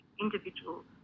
individuals